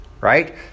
right